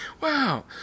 Wow